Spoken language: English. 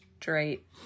straight